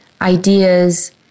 ideas